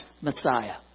Messiah